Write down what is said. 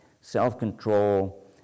self-control